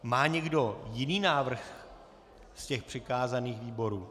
Má někdo jiný návrh z těch přikázaných výborů?